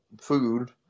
food